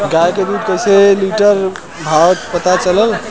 गाय के दूध कइसे लिटर भाव चलत बा?